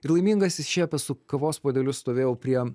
ir laimingas išsišiepęs su kavos puodeliu stovėjau prie